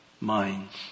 minds